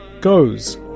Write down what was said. Goes